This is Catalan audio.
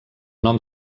nom